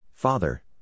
Father